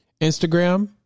Instagram